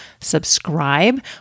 subscribe